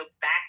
back